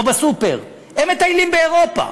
או בסופר, הם מטיילים באירופה,